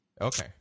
Okay